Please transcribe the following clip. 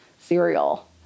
cereal